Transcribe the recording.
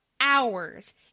hours